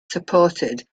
supported